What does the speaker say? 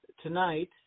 tonight